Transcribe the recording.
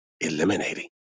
eliminating